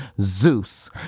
Zeus